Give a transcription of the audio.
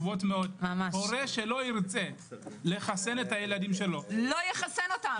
הורה שלא ירצה לחסן את ילדיו- -- לא יחסן אותם.